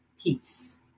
peace